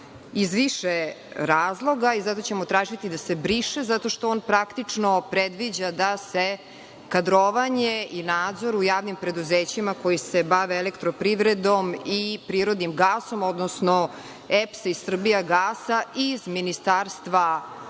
iz više razloga i zato ćemo tražiti da se briše, zato što on praktično predviđa da se kadrovanje i nadzor u javnim preduzećima, koja se bave elektroprivredom i prirodnim gasom, odnosno EPS i „Srbijagas“, iz Ministarstva